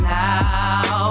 now